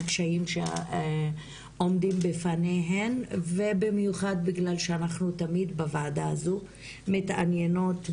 הקשיים שעומדים בפניהן ובמיוחד בגלל שאנחנו תמיד בוועדה הזו מתעניינות,